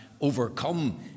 overcome